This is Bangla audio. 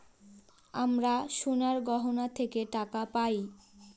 আমরা সোনার গহনা থেকে টাকা পায়